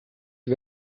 die